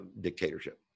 dictatorship